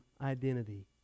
identity